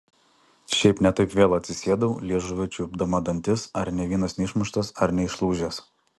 šiaip ne taip vėl atsisėdau liežuviu čiuopdama dantis ar nė vienas neišmuštas ar neišlūžęs